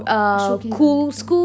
showcase ah Tik Tok